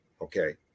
Okay